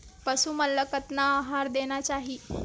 पशु मन ला कतना आहार देना चाही?